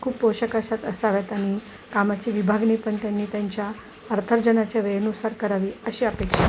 खूप पोषक अशाच असाव्यात आणि कामाची विभागणी पण त्यांनी त्यांच्या अर्थार्जनाच्या वेळेनुसार करावी अशी अपेक्षा आहे